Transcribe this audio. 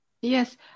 Yes